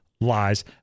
Lies